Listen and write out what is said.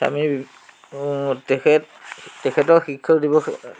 স্বামী তেখেত তেখেতৰ শিক্ষক দিৱসৰ